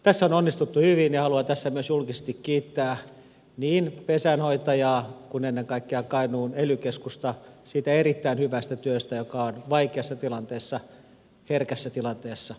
tässä on onnistuttu hyvin ja haluan tässä myös julkisesti kiittää niin pesänhoitajaa kuin ennen kaikkea kainuun ely keskusta siitä erittäin hyvästä työstä joka on vaikeassa ja herkässä tilanteessa tehty